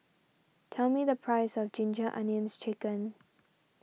tell me the price of Ginger Onions Chicken